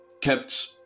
kept